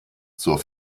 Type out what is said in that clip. zur